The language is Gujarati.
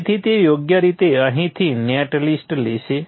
તેથી તે યોગ્ય રીતે અહીંથી નેટ લિસ્ટ લેશે